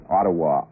Ottawa